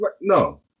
no